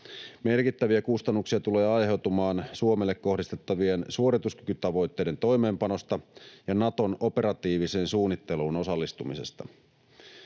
Merkittäviä kustannuksia tulee aiheutumaan Suomelle kohdistettavien suorituskykytavoitteiden toimeenpanosta ja Naton operatiiviseen suunnitteluun osallistumisesta.